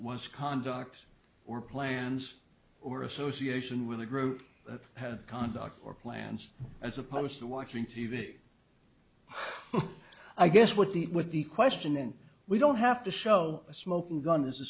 was conduct or plans or association with a group that had conduct or plans as opposed to watching t v i guess what the with the question and we don't have to show a smoking gun is the